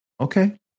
Okay